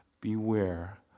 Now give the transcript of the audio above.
Beware